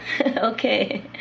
Okay